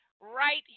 right